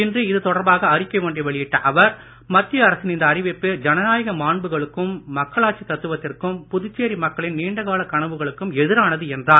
இன்று இது தொடர்பாக அறிக்கை ஒன்றை வெளியிட்ட அவர் மத்திய அரசின் இந்த அறிவிப்பு ஜனநாயக மாண்புகளுக்கும் மக்களாட்சி தத்துவத்திற்கும் புதுச்சேரி மக்களின் நீண்டகால கனவுகளுக்கும் எதிரானது என்றார்